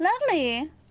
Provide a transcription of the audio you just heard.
lovely